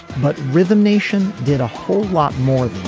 but rhythm nation did a whole lot more than